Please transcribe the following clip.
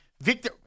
Victor